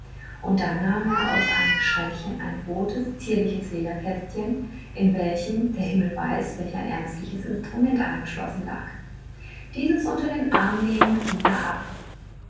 und dann nahm er aus einem schränkchen ein rotes zierliches lederkästchen in welchem der himmel weiß welch ein ärztliches instrument eingeschlossen lag dieses unter den arm nehmend ging er ab